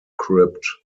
crypt